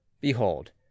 behold